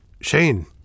Shane